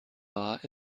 war